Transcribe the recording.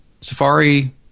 Safari